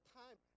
time